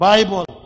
Bible